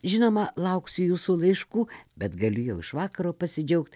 žinoma lauksiu jūsų laiškų bet galiu jau iš vakaro pasidžiaugt